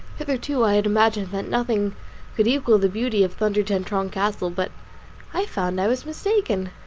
hitherto i had imagined that nothing could equal the beauty of thunder-ten-tronckh castle but i found i was mistaken.